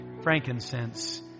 frankincense